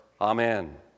amen